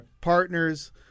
partners